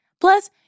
Plus